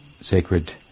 sacred